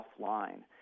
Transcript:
offline